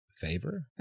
favor